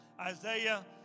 Isaiah